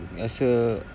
rasa